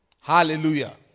Hallelujah